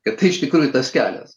kad tai iš tikrųjų tas kelias